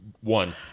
One